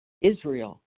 Israel